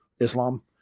Islam